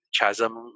chasm